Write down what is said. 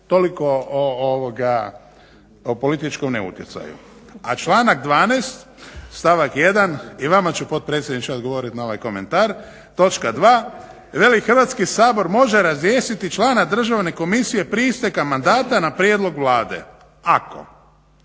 Toliko o političkom neutjecaju. A članak 12.stavak 1.i vama će potpredsjedniče odgovoriti na ovaj komentar, točka 2. Veli Hrvatski sabor može razriješiti članak državne komisije prije isteka mandata na prijedlog Vlade ako